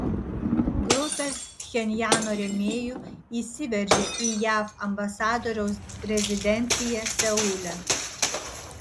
grupė pchenjano rėmėjų įsiveržė į jav ambasadoriaus rezidenciją seule